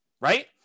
Right